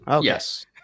yes